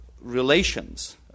relations